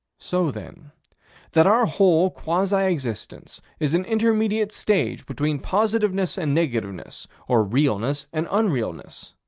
so then that our whole quasi-existence is an intermediate stage between positiveness and negativeness or realness and unrealness.